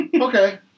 okay